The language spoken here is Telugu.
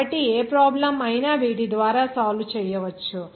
కాబట్టి ఏ ప్రాబ్లం అయినా వీటి ద్వారా సాల్వ్ చేయవచ్చు